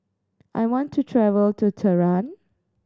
I want to travel to Tehran